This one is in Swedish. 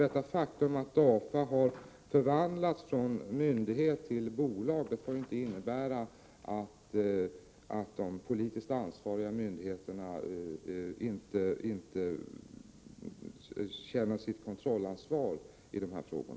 Det faktum att DAFA förvandlats från myndighet till bolag får inte innebära att de politiskt ansvariga myndigheterna inte känner sitt kontrollansvar i dessa frågor.